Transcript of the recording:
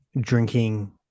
drinking